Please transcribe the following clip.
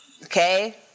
Okay